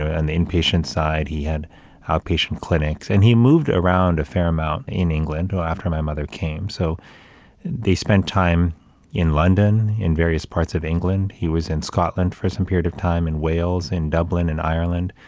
and the inpatient side, he had outpatient clinics and he moved around a fair amount in england after my mother came. so they spent time in london, in various parts of england, he was in scotland for some period of time, in wales, in dublin, and ireland.